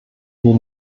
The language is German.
hier